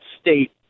state